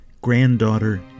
granddaughter